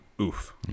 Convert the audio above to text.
Oof